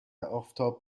آفتاب